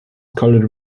colored